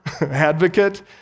advocate